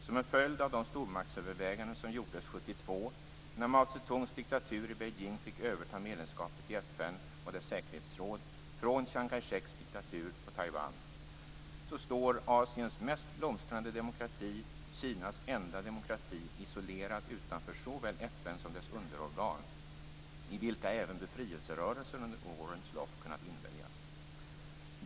Som en följd av de stormaktsöverväganden som gjordes 1972, när Mao Tse-tungs diktatur i Beijing fick överta medlemskapet i FN och dess säkerhetsråd från Chiang Kai-sheks diktatur på Taiwan, står Asiens mest blomstrande demokrati och Kinas enda demokrati isolerad utanför såväl FN som dess underorgan, i vilka även befrielserörelser under årens lopp kunnat inväljas.